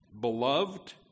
beloved